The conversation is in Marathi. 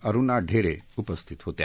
अरुणा ढेरे उपस्थित होत्या